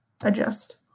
adjust